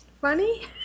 funny